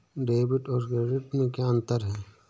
Debit और credit में क्या अंतर है?